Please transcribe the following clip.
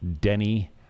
Denny